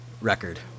record